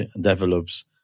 develops